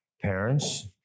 parents